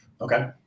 Okay